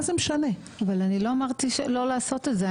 לא אמרתי לא לעשות את זה.